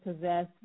possess